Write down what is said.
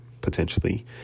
potentially